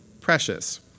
precious